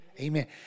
Amen